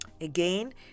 Again